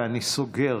ואני סוגר,